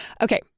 Okay